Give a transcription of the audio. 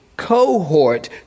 cohort